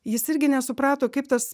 jis irgi nesuprato kaip tas